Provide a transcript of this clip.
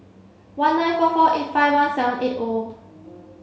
one nine four four eight five one seven eight O